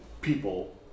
people